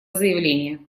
заявления